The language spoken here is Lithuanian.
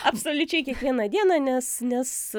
absoliučiai kiekvieną dieną nes nes